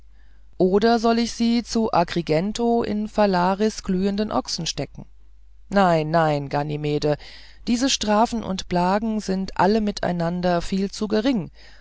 oder soll ich sie zu agrigento in phalaris glühenden ochsen stecken nein nein ganymede diese strafen und plagen sind alle miteinander viel zu gering